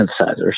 synthesizers